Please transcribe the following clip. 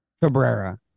Cabrera